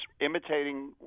imitating